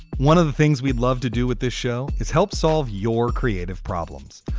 one of the things we'd love to do with this show is help solve your creative problems,